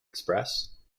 express